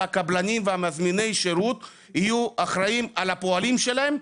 הקבלנים ומזמיני השירות יהיו אחראיים על הפועלים שלהם,